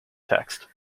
text